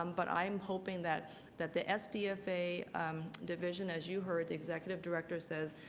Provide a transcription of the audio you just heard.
um but i'm hoping that that the sdfa division, as you heard the executive director says,